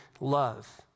love